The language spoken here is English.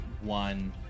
one